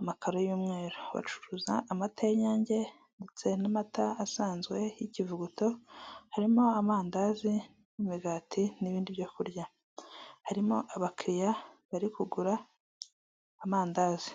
amakaro y'umweru bacuruza amata y'inyange ndetse n'amata asanzwe y'ikivuguto harimo amandazi n'imigati n'ibindi byo kurya harimo abakiriya bari kugura amandazi.